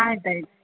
ಆಯ್ತು ಆಯ್ತು